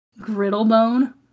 Griddlebone